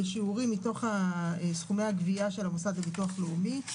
את השיעורים מתוך סכומי הגבייה של המוסד לביטוח לאומי.